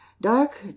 Dark